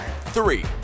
three